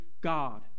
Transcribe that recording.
God